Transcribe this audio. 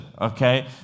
okay